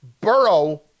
Burrow